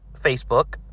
Facebook